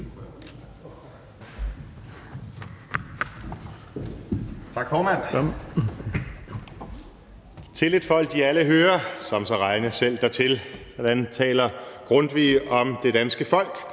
Tak, formand. Til et folk de alle hører, som sig regne selv dertil. Sådan taler Grundtvig om det danske folk,